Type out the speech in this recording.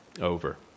over